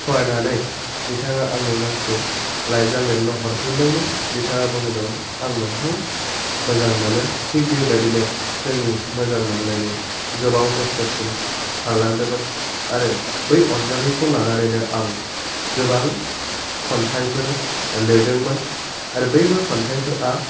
फरायनानै बिथाङा आंनो गांसे लाइजाम लिरना हरफिनदोंमोन बिथाङा बुदोंमोन आं नोंखौ मोजां मोनो थिक बे बायदिनो जोंनि मोजां मोनलायनाया गोबाव बोसोरसिम थालांदोंमोन आरो बै अन्जालिखौ लानानैनो आं गोबां खन्थाइफोर लिरदोंमोन आरो बैफोर खन्थाइफोरा